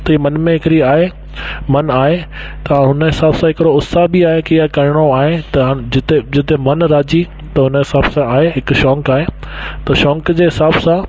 त हीअ मन में हिकिड़ी आहे मन आहे त उन हिसाब सां हिकिड़ो उत्साह बि आहे के हा करिणो आहे जिते जिते मन राज़ी त उन हिसाब सां आहे हिकु शौक़ु आहे त शौक़ जे हिसाब सां